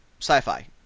sci-fi